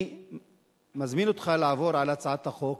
אני מזמין אותך לעבור על הצעת החוק,